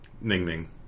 Ning-ning